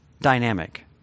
dynamic